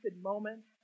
moment